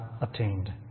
obtained